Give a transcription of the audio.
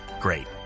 Great